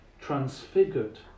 transfigured